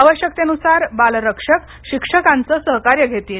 आवश्यकतेनुसार बालरक्षक शिक्षकांचं सहकार्य घेतील